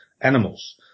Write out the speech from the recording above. animals